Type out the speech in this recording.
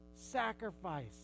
sacrifice